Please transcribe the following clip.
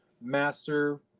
master